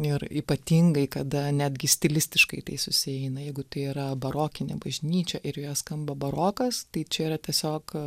ir ypatingai kada netgi stilistiškai tai susieina jeigu tai yra barokinė bažnyčia ir joje skamba barokas tai čia yra tiesiog